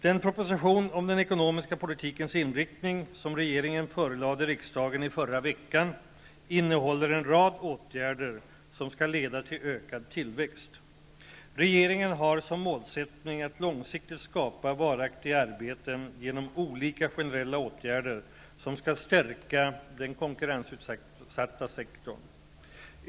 Den proposition om den ekonomiska politikens inriktning som regeringen förelade riksdagen i förra veckan innehåller en rad åtgärder som skall leda till en ökad tillväxt. Regeringen har som målsättning att långsiktigt skapa varaktiga arbeten genom olika generella åtgärder som skall stärka den konkurrensutsatta sektorn.